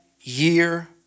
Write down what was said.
year